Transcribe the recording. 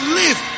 live